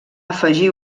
afegir